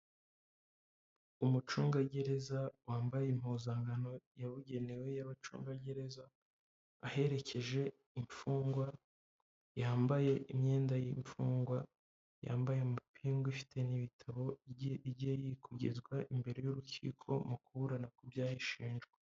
Umucungagereza wambaye impuzankano yabugenewe y'abacungagereza, aherekeje imfungwa yambaye imyenda y'imfungwa yambaye amapingu, ifite n'ibitabo ijyiye kugezwa imbere y'urukiko, mu kuburana ku byaha ishinjwa.